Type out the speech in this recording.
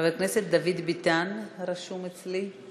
חבר הכנסת דוד ביטן רשום אצלי,